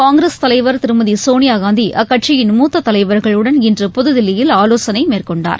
காங்கிரஸ் தலைவா் திருமதி சோனியாகாந்தி அக்கட்சியின் மூத்த தலைவா்களுடன் இன்று புதுதில்லியில் ஆலோசனை மேற்கொண்டார்